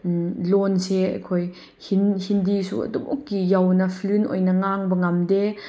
ꯂꯣꯟꯁꯦ ꯑꯩꯈꯣꯏ ꯍꯤꯟꯗꯤꯁꯨ ꯑꯗꯨꯃꯨꯛꯀꯤ ꯌꯧꯅ ꯐ꯭ꯂꯨꯏꯟ ꯑꯣꯏꯅ ꯉꯥꯡꯕ ꯉꯝꯗꯦ